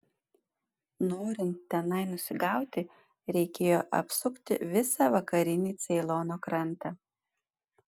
norint tenai nusigauti reikėjo apsukti visą vakarinį ceilono krantą